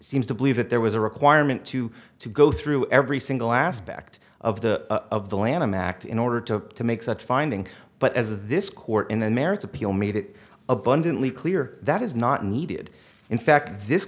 seems to believe that there was a requirement to to go through every single aspect of the of the lanham act in order to to make such finding but as this court in the merits appeal made it abundantly clear that is not needed in fact this